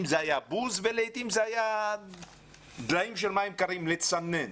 של בוז ולעיתים דליי מים קרים לצינון.